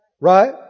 Right